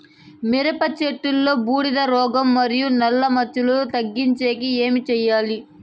మిరప చెట్టులో బూడిద రోగం మరియు నల్ల మచ్చలు తగ్గించేకి ఏమి చేయాలి?